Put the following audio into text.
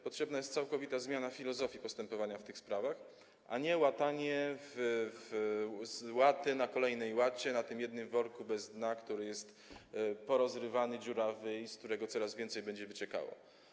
Potrzebna jest całkowita zmiana filozofii postępowania w tych sprawach, a nie łatanie - łata na kolejnej łacie na tym jednym worku bez dna, który jest porozrywany, dziurawy i z którego coraz więcej będzie wyciekało.